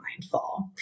mindful